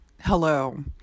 Hello